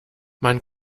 man